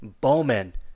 Bowman